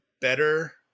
better